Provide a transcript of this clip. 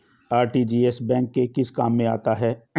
RTGS bank के किस काम में आता है?